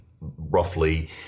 roughly